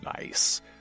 Nice